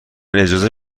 اجازه